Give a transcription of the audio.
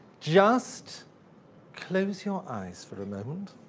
just close your eyes for a moment,